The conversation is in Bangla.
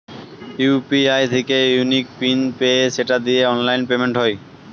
ইউ.পি.আই থিকে ইউনিক পিন পেয়ে সেটা দিয়ে অনলাইন পেমেন্ট হয়